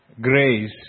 grace